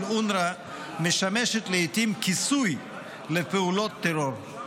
אונר"א משמשת לעיתים כיסוי לפעולות טרור.